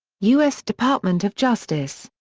u s. department of justice.